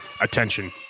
attention